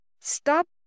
Stop